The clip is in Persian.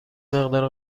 مقدار